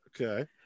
Okay